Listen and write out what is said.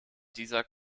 dieser